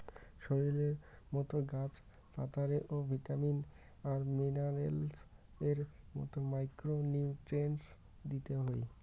শরীরের মতো গাছ পাতারে ও ভিটামিন আর মিনারেলস এর মতো মাইক্রো নিউট্রিয়েন্টস দিতে হই